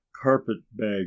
carpet-bag